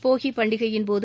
போகி பண்டிகையின்போது